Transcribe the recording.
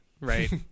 right